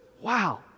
Wow